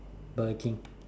Burger King